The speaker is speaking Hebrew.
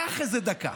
קח איזו דקה.